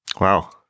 wow